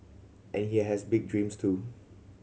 and he has big dreams too